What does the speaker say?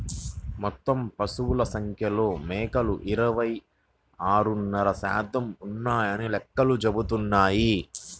మొత్తం పశువుల సంఖ్యలో మేకలు ఇరవై ఆరున్నర శాతం ఉన్నాయని లెక్కలు చెబుతున్నాయి